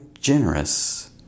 generous